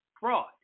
fraud